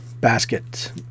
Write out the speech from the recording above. Basket